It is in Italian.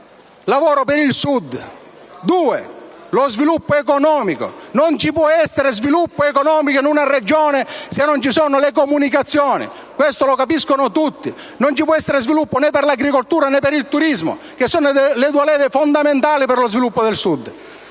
Poi a quella dello sviluppo economico: non ci può essere sviluppo economico in una Regione se non ci sono le comunicazioni. Questo lo capiscono tutti. Non ci può essere sviluppo né per l'agricoltura né per il turismo, le due leve fondamentali per lo sviluppo del Sud.